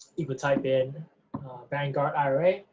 you could type in vanguard ira,